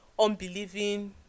unbelieving